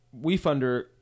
WeFunder